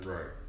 Right